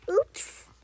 oops